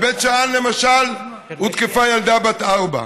בבית שאן, למשל, הותקפה ילדה בת ארבע.